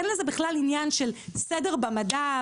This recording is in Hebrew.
אין לזה בכלל עניין של סדר במדף,